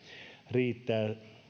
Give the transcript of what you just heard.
riittää